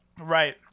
Right